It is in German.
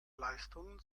leistungen